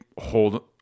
hold